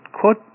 quote